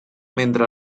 mentre